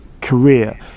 career